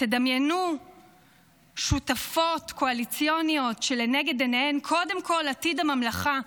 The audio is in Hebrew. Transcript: דמיינו שותפות קואליציוניות שלנגד עיניהן קודם כול עתיד הממלכה,